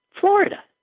Florida